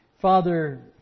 Father